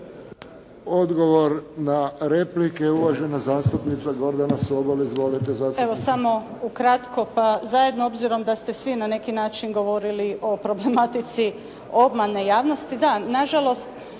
Odgovor na replike, uvažena zastupnica Gordana Sobol. Izvolite